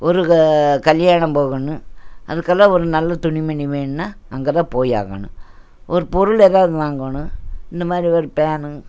ஒரு கல்யாணம் போகணும் அதுக்கெல்லாம் ஒரு நல்ல துணிமணி வேணுன்னால் அங்கே தான் போயாகணும் ஒரு பொருள் ஏதாவது வாங்கணும் இந்த மாதிரி ஒரு பேனு